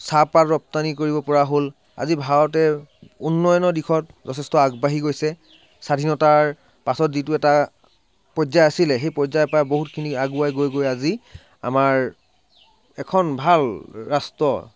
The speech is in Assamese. চাহপাত ৰপ্তানি কৰিব পৰা হ'ল আজি ভাৰতে উন্নয়নৰ দিশত যথেষ্ট আগবাঢ়ি গৈছে স্বাধীনতাৰ পাছত যিটো এটা পৰ্যায় আছিলে সেই পৰ্যায়ৰপৰা বহুতখিনি আগুৱাই গৈ গৈ আজি আমাৰ এখন ভাল ৰাষ্ট্ৰ